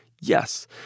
yes